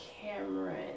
Cameron